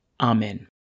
Amen